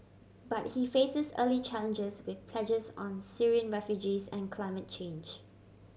but he faces early challenges with pledges on Syrian refugees and climate change